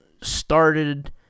started